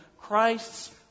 Christ's